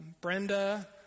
Brenda